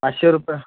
पाचशे रुपये